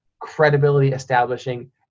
credibility-establishing